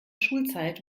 schulzeit